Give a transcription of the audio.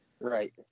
Right